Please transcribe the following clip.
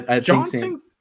Johnson